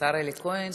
השר אלי כהן אתנו.